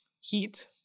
heat